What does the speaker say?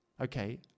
Okay